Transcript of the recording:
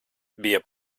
bija